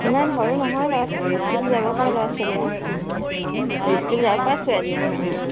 ইমান সৰু নহয় বাৰু স্কুল যাবপৰা ল'ৰা ছোৱালীয়ে আৰু অঁ স্কুল যাবপৰা ছোৱালীয়ে অঁ অঁ